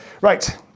Right